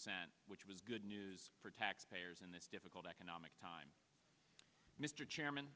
cent which was good news for taxpayers in this difficult economic time mr chairman